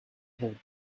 have